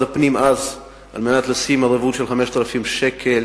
הפנים אז על מנת לשים ערבות של 5,000 שקל